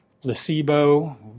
placebo